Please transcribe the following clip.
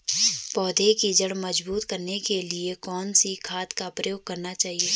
पौधें की जड़ मजबूत करने के लिए कौन सी खाद का प्रयोग करना चाहिए?